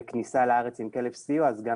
וההגירה בכניסה לארץ עם כלב סיוע, יש לנו גם